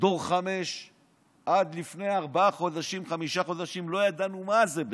דור 5. עד לפני ארבעה-חמישה חודשים לא ידענו מה זה בכלל.